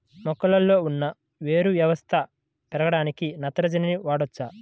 మొక్కలో ఉన్న వేరు వ్యవస్థ పెరగడానికి నత్రజని వాడవచ్చా?